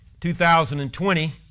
2020